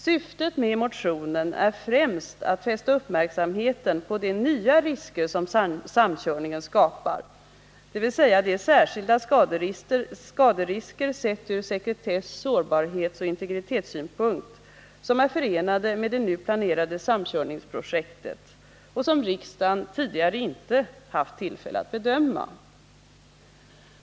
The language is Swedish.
Syftet med motionen är främst att fästa uppmärksamheten på de nya risker som samkörningen skapar, dvs. de särskilda skaderisker sett ur sekretess-, sårbarhetsoch integritetssynpunkt som är förenade med det nu planerade samkörningsprojektet och som riksdagen tidigare inte haft tillfälle att bedöma.